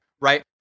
right